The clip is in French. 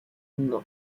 une